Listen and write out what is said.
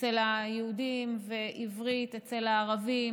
אצל היהודים ועברית אצל הערבים,